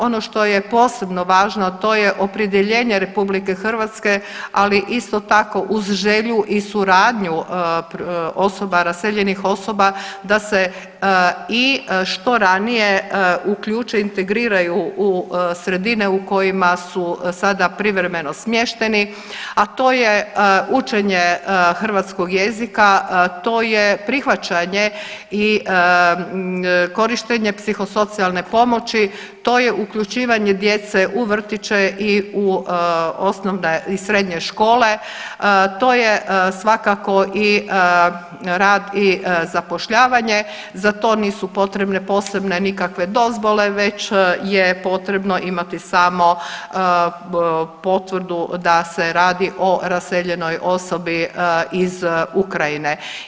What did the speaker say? Ono što je posebno važno, a to je opredjeljenje RH, ali isto tako uz želju i suradnju osoba, raseljenih osoba da se i što ranije uključe i integriraju u sredine u kojima su sada privremeno smješteni, a to je učenje hrvatskog jezika, to je prihvaćanje i korištenje psihosocijalne pomoći, to je uključivanje djece u vrtiće i u osnovne i srednje škole, to je svakako i rad i zapošljavanje, za to nisu potrebne posebne nikakve dozvole već je potrebno imati samo potvrdu da se radi o raseljenoj osobi iz Ukrajine.